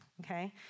Okay